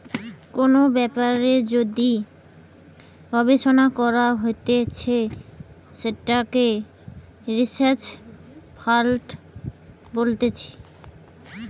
কোন ব্যাপারে যদি গবেষণা করা হতিছে সেটাকে রিসার্চ ফান্ড বলতিছে